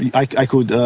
i could,